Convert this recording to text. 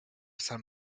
sant